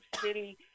city